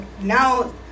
Now